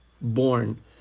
born